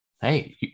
Hey